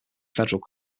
federal